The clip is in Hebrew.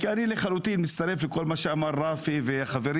כי אני לחלוטין מצטרף לכל מה שאמר רפי וחברים,